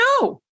no